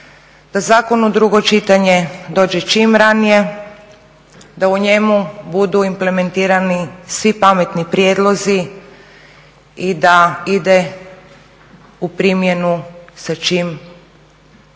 da zakon u drugo čitanje dođe čim ranije, da u njemu budu implementirani svi pametni prijedlozi i da ide u primjenu sa čim je